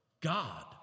God